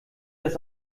das